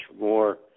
more